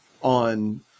on